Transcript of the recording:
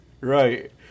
Right